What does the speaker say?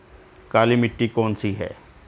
काली मिट्टी कौन सी है?